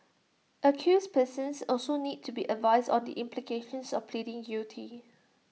accused persons also need to be advised on the implications of pleading guilty